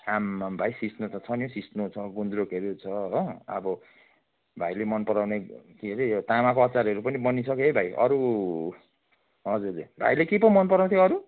आम्मम भाइ सिस्नो त छ नि हो सिस्नो छ गुन्द्रुकहरू छ हो अब भाइले मन पराउने के अरे यो तामाको अचारहरू पनि बनिसक्यो है भाइ अरू हजुर हजुर भाइले के पो मन पराउथ्यो अरू